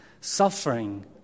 Suffering